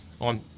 on